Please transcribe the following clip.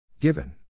Given